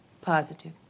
Positive